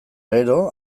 gero